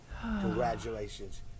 Congratulations